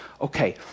okay